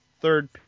third